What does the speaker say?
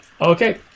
Okay